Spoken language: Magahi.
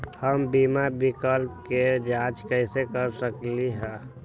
हम बीमा विकल्प के जाँच कैसे कर सकली ह?